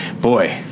boy